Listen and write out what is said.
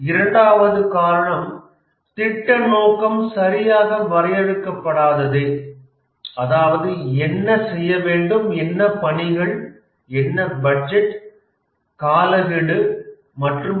இரண்டாவது காரணம் திட்ட நோக்கம் சரியாக வரையறுக்க படாததே அதாவது என்ன செய்ய வேண்டும் என்ன பணிகள் என்ன பட்ஜெட் காலக்கெடு என்ன மற்றும் பல